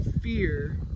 fear